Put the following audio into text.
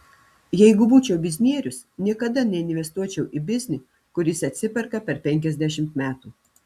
jeigu būčiau biznierius niekada neinvestuočiau į biznį kuris atsiperka per penkiasdešimt metų